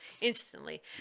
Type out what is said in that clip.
instantly